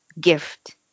gift